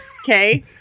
Okay